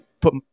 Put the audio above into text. put